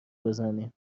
بزنیم